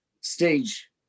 stage